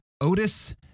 Otis